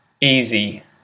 easy